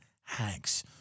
Hanks